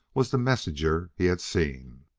was the messenger he had seen.